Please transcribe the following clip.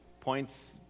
points